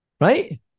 right